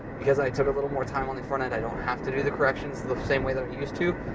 because i took a little more time on the front end, i don't have to do the corrections the same way that i used to,